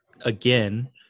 again